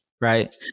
right